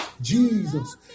Jesus